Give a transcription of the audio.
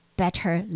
better